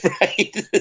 Right